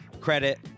credit